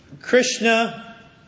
Krishna